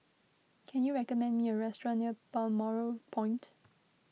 can you recommend me a restaurant near Balmoral Point